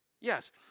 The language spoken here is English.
Yes